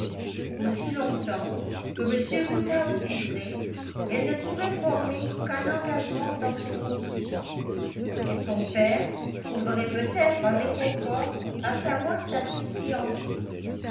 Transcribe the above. aussi longtemps que m woodhouse vivrait elle ne pourrait former qu'un engagement dans ces conditions son père trouverait peut-être un réconfort à savoir sa fille fiancée